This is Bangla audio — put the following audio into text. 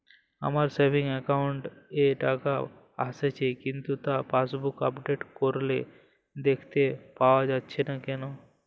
আমার সেভিংস একাউন্ট এ টাকা আসছে কিন্তু তা পাসবুক আপডেট করলে দেখতে পাওয়া যাচ্ছে না কেন?